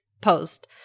post